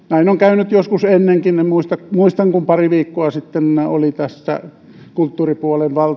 näin on käynyt joskus ennenkin muistan että kun pari viikkoa sitten oli kulttuuripuolen